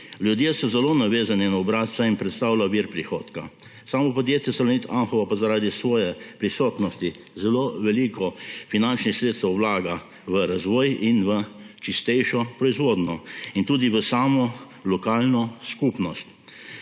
Ljudje so zelo navezani na obrat, saj jim predstavlja vir prihodka, samo podjetje Salonit Anhovo pa zaradi svoje prisotnosti zelo veliko finančnih sredstev vlaga v razvoj in v čistejšo proizvodnjo in tudi v samo lokalno skupnost.